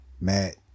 Matt